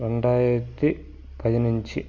ரெண்டாயிரத்து பதினஞ்சு